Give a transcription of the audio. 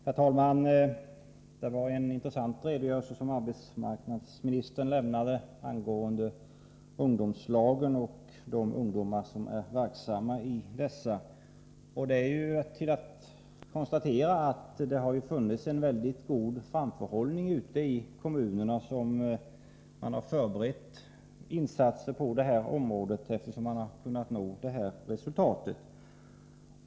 Herr talman! Det var en intressant redogörelse som arbetsmarknadsministern lämnade angående ungdomslagen och de ungdomar som är verksamma i dessa. Det är bara att konstatera att det har funnits en väldigt god framförhållning ute i kommunerna när man förberett insatser på detta område, eftersom man har kunnat nå detta resultat.